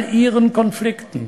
חברה פתוחה עם כל הקונפליקטים,